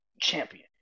champion